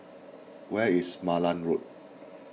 where is Malan Road